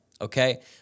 okay